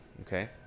Okay